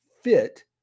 fit